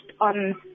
on